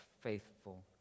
faithful